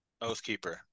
Oathkeeper